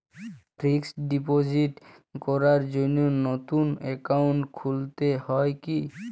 Fix deposit করার জন্য নতুন অ্যাকাউন্ট খুলতে হয় কী?